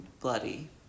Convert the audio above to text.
bloody